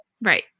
right